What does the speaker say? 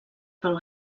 pel